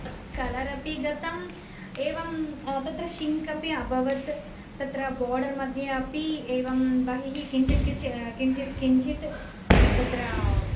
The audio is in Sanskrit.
कलरपि गतम् एवं तत्र श्रिङ्क् अपि अभवत् तत्र बार्डर् मद्ये अपि एवं बहिः किञ्चित् किञ्चित् किञ्चित् किञ्चित् तत्र